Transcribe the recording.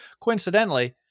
coincidentally